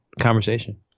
conversation